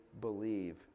believe